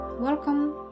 Welcome